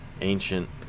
ancient